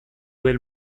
del